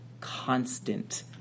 constant